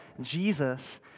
Jesus